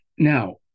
now